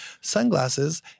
sunglasses